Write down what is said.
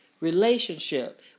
relationship